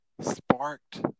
sparked